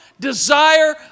desire